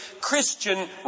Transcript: Christian